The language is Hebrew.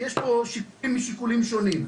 כי יש פה שיקולים משיקולים שונים.